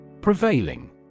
Prevailing